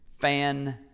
fan